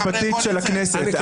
היועצת המשפטית של הכנסת,